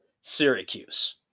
Syracuse